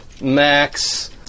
Max